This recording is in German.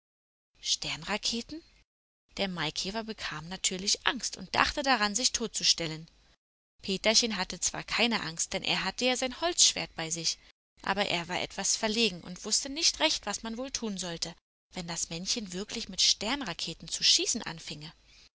stemraketen der maikäfer bekam natürlich angst und dachte daran sich tot zu stellen peterchen hatte zwar keine angst denn er hatte ja sein holzschwert bei sich aber er war etwas verlegen und wußte nicht recht was man wohl tun sollte wenn das männchen wirklich mit stemraketen zu schießen anfinge